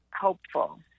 hopeful